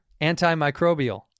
Antimicrobial